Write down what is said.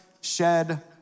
shed